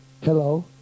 Hello